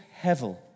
hevel